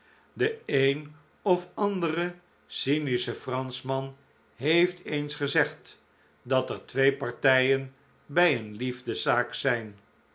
de een of andere cynische franschman heeft eens gezegd dat er twee partijen bij een liefdes zaak zijn